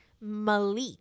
malik